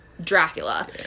Dracula